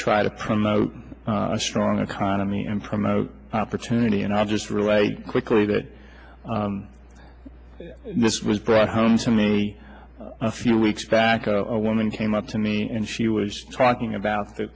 try to promote a stronger economy and promote opportunity and i'll just relate quickly that this was brought home to me a few weeks back or a woman came up to me and she was talking about the